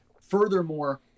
furthermore